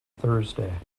thursday